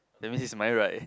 that means is my right